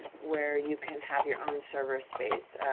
where you can have your own server space,